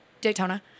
Daytona